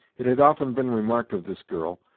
it had often been remarked of this girl,